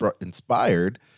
inspired